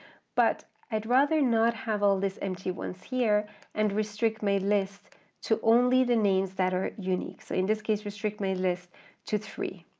but i'd rather not have all this empty ones here and restrict my list to only the names that are unique, so in this case restrict my list to three.